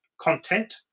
Content